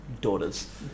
daughters